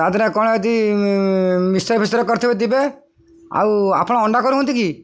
ତାଦିହରେ କ'ଣ mixture fixture କରିଥିବେ ଦେବେ ଆଉ ଆପଣ ଅଣ୍ଡା କରୁଛନ୍ତି କି